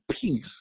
peace